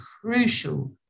crucial